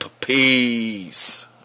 Peace